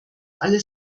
alle